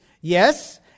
Yes